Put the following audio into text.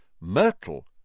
Myrtle